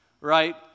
right